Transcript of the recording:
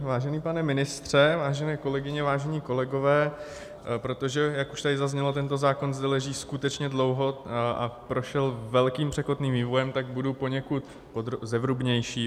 Vážený pane ministře, vážené kolegyně, vážení kolegové, protože, jak už tady zaznělo, tento zákon zde leží skutečně dlouho a prošel velkým, překotným vývojem, budu poněkud zevrubnější.